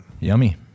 Yummy